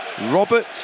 Robert